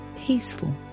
peaceful